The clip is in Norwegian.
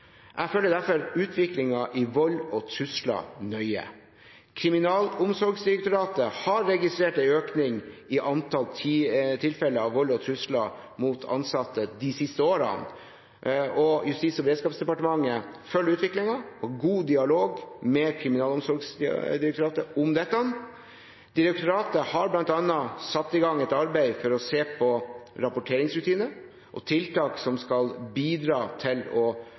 Jeg følger derfor nøye utviklingen når det gjelder vold og trusler. Kriminalomsorgsdirektoratet har registrert en økning i antall tilfeller av vold og trusler mot ansatte de siste årene. Justis- og beredskapsdepartementet følger utviklingen og har god dialog med Kriminalomsorgsdirektoratet om dette. Direktoratet har bl.a. satt i gang et arbeid for å se på rapporteringsrutiner og tiltak som skal bidra til å